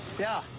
yeah.